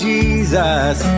Jesus